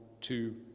two